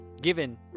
given